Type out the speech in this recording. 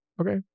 okay